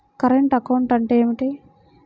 Current account అంటే ఏమిటి?